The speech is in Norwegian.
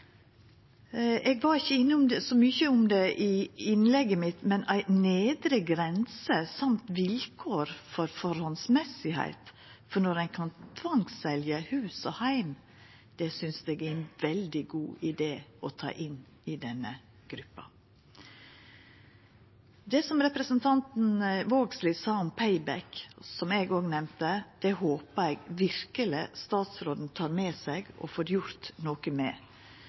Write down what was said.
Eg var ikkje så mykje innom det i innlegget mitt, men ei nedre grense og vilkår om samhøve ved tvangssal av hus og heim synest eg er ein veldig god idé å ta med inn i denne gruppa. Det representanten Vågslid sa om «pay back», som eg òg nemnde, håpar eg verkeleg statsråden tek med seg og får gjort noko med,